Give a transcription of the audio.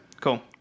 Cool